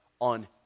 on